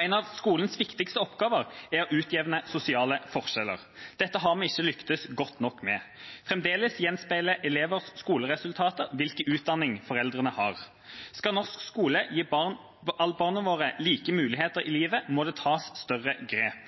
En av skolens viktigste oppgaver er å utjevne sosiale forskjeller, og dette har vi ikke lyktes godt nok med. Fremdeles gjenspeiler elevers skoleresultater hvilken utdanning foreldrene har. Skal norsk skole gi alle barna våre like muligheter i livet, må det tas større grep.